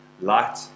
light